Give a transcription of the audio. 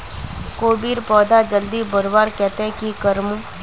कोबीर पौधा जल्दी बढ़वार केते की करूम?